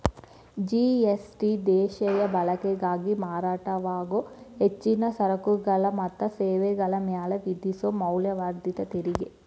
GST ದೇಶೇಯ ಬಳಕೆಗಾಗಿ ಮಾರಾಟವಾಗೊ ಹೆಚ್ಚಿನ ಸರಕುಗಳ ಮತ್ತ ಸೇವೆಗಳ ಮ್ಯಾಲೆ ವಿಧಿಸೊ ಮೌಲ್ಯವರ್ಧಿತ ತೆರಿಗಿ